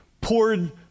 poured